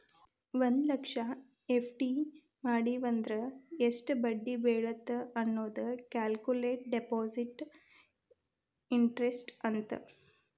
ಒಂದ್ ಲಕ್ಷ ಎಫ್.ಡಿ ಮಡಿವಂದ್ರ ಎಷ್ಟ್ ಬಡ್ಡಿ ಬೇಳತ್ತ ಅನ್ನೋದ ಕ್ಯಾಲ್ಕುಲೆಟ್ ಡೆಪಾಸಿಟ್ ಇಂಟರೆಸ್ಟ್ ಅಂತ